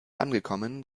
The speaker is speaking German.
angekommen